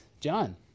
John